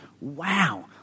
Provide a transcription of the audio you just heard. wow